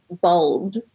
bold